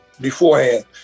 beforehand